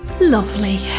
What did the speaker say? Lovely